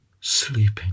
sleeping